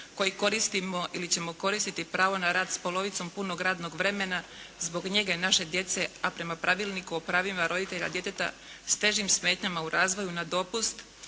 koji koristimo ili ćemo koristiti pravo na rad s polovicom punog radnog vremena zbog njege naše djece, a prema Pravilniku o pravima roditelja djeteta s težim smetnjama u razvoju na dopust